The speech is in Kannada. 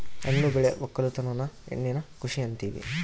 ಹಣ್ಣು ಬೆಳೆ ವಕ್ಕಲುತನನ ಹಣ್ಣಿನ ಕೃಷಿ ಅಂತಿವಿ